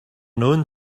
known